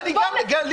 גם אני נפגע מזה,